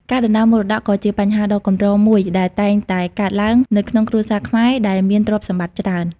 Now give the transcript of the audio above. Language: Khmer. ការដណ្តើមមរតកក៏ជាបញ្ហាដ៏កម្រមួយដែលតែងតែកើតឡើងនៅក្នុងគ្រួសារខ្មែរដែលមានទ្រព្យសម្បត្តិច្រើន។